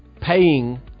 paying